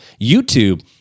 YouTube